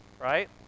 right